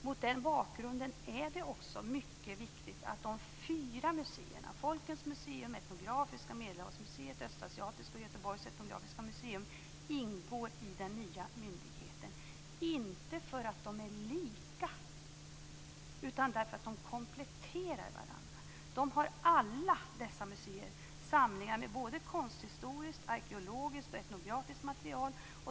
Mot den bakgrunden är det också mycket viktigt att de fyra museerna, Folkens museum - etnografiska, Medelhavsmuseet, Östasiatiska museet och Göteborgs Etnografiska museum ingår i den nya myndigheten, inte för att de är lika, utan därför att de kompletterar varandra. Alla dessa museer har samlingar med både konsthistoriskt, arkeologiskt och etnografiskt material.